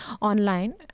online